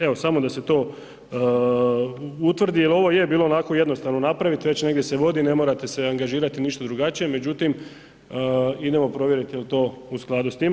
Evo samo da se to utvrdi jer ovo je bilo onako jednostavno napraviti, već negdje se vodi, ne morate se angažirati ništa drugačije međutim idemo provjeriti je li to u skladu s time.